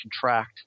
contract